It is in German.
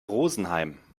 rosenheim